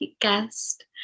guest